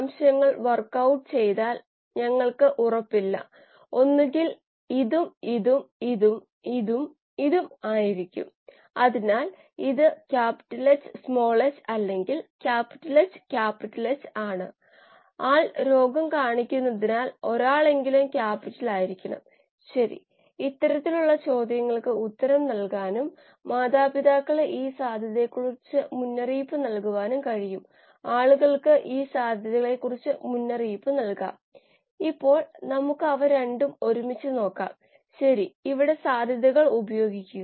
കോശത്തെയും ഉൽപ്പന്ന രൂപീകരണത്തെയും പ്രതിനിധീകരിക്കുന്ന ഒരു സ്റ്റോകിയോമെട്രിക് സമവാക്യമാണിത് CHmOl aNH3 bO2 → yx CHpOnNq yp CHrOsNt cH2O dCO2 അതിനാൽ സ്റ്റോകിയോമെട്രിക് സമവാക്യം കോശത്തെയും ഉൽപ്പന്ന രൂപീകരണത്തെയും പൊതു രീതിയിൽ പ്രതിനിധീകരിക്കുന്നു